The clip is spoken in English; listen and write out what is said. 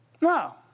No